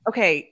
Okay